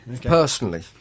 Personally